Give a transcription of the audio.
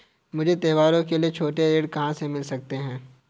मुझे त्योहारों के लिए छोटे ऋण कहाँ से मिल सकते हैं?